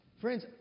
Friends